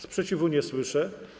Sprzeciwu nie słyszę.